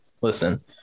listen